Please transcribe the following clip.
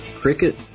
Cricket